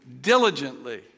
diligently